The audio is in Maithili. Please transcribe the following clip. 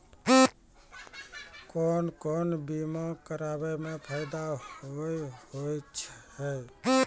कोन कोन बीमा कराबै मे फायदा होय होय छै?